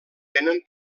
tenen